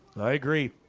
i agree